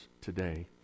today